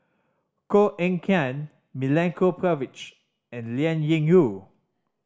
Koh Eng Kian Milenko Prvacki and Liao Yingru